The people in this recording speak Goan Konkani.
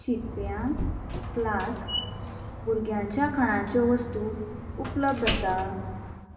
शितप्यां फ्लास्क भुरग्यांच्या खाणांच्यो वस्तू उपलब्ध आसा